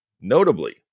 Notably